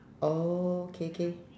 oh K K